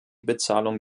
bezahlung